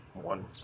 One